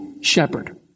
shepherd